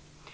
Detta